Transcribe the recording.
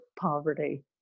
poverty